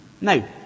Now